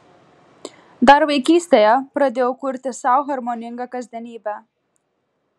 dar vaikystėje pradėjau kurti sau harmoningą kasdienybę